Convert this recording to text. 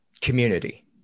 community